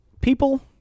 people